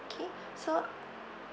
okay so